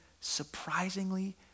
surprisingly